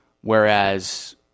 whereas